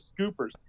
Scoopers